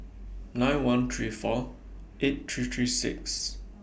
nine one three four eight three three six